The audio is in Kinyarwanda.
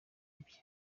ibye